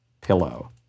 Pillow